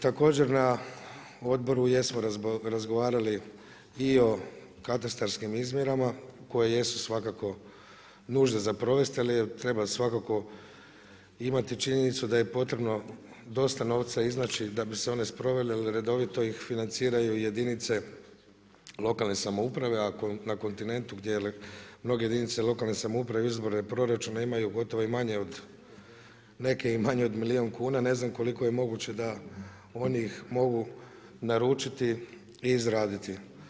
Također na odboru jesmo razgovarali i o katastarskim izmjerama koje jesu svakako nužne za provest, ali treba svakako imati činjenicu da je potrebno dosta novca iznaći da bi se one sprovele jel redovito ih financiraju jedinice lokalne samouprave, a na kontinentu gdje mnoge jedinica lokalne samouprave … proračune imaju gotovo i manje od neke i manje od milijun kuna, ne znam koliko je moguće da oni ih mogu naručiti i izraditi.